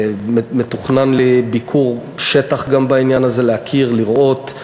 מתוכנן לי ביקור שטח גם בעניין הזה, להכיר, לראות.